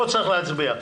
לא צריך להצביע.